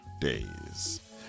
days